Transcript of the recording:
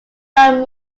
van